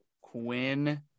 Quinn